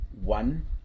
One